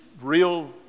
real